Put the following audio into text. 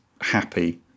happy